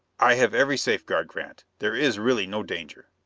i have every safeguard, grant. there is really no danger.